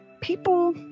people